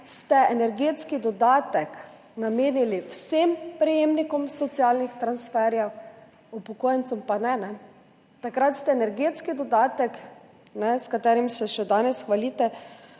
ste energetski dodatek namenili vsem prejemnikom socialnih transferjev, upokojencem pa ne. Takrat ste energetski dodatek, s katerim se še danes hvalite,